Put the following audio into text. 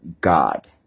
God